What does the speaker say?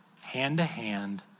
hand-to-hand